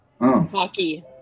Hockey